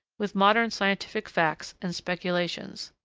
with modern scientific facts and speculations.